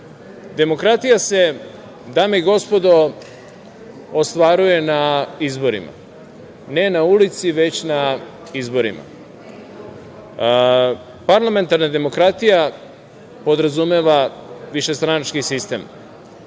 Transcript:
poslu. Demokratija se, dame i gospodo, ostvaruje na izborima, ne na ulici, već na izborima. Parlamentarna demokratija podrazumeva višestranački sistem.